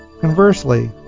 Conversely